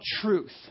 truth